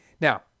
Now